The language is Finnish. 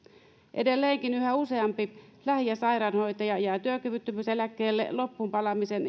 edelleenkin yhä useampi lähi ja sairaanhoitaja jää työkyvyttömyyseläkkeelle loppuunpalamisen